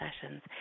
sessions